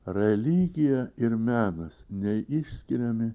religija ir menas neišskiriami